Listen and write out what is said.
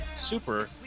Super